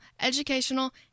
educational